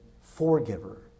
forgiver